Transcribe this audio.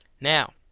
Now